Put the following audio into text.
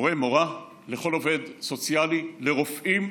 מורֶה או מורה, לכל עובד סוציאלי, לרופאים,